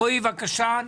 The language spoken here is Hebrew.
רועי, בבקשה.